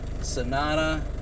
Sonata